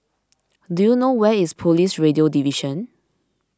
do you know where is Police Radio Division